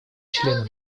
членов